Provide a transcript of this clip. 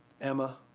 Emma